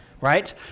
right